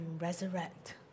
resurrect